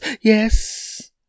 yes